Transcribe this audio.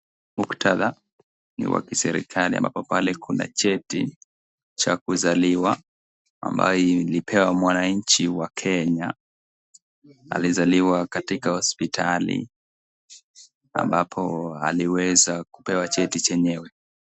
Muktadha ni wa kiserikali ambapo pale kuna cheti cha kuzaliwa ambaye ilipewa mwananchi wa Kenya. Alizaliwa katika hospitali ambapo aliweza kupewa cheti chenyewe.